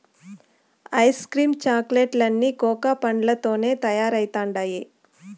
ice cream chocolate లన్నీ cocoa పండ్లతోనే తయారైతండాయి